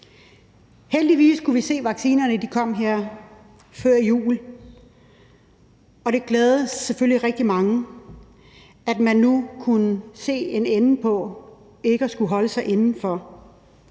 heldigvis se, at vaccinerne kom her før jul, og det glædede selvfølgelig rigtig mange, at man nu kunne se en ende på at skulle holde sig inde og